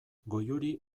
goiuri